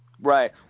right